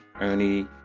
Ernie